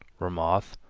ramoth,